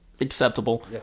acceptable